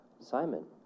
Simon